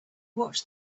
watched